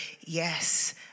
yes